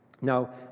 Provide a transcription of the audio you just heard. Now